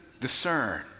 discern